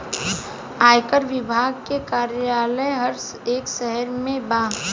आयकर विभाग के कार्यालय हर एक शहर में बा